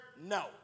no